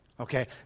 Okay